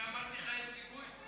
כשאמרתי לך שאין סיכוי?